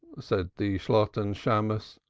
said the shalotten shammos,